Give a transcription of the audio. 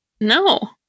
No